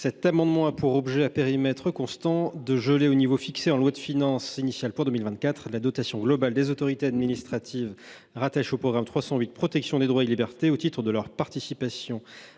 Cet amendement a pour objet, à périmètre constant, de geler, au niveau fixé en loi de finances initiale pour 2024, la dotation globale des autorités administratives indépendantes rattachées au programme 308 « Protection des droits et libertés » au titre de leur participation